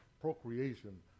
procreation